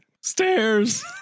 Stairs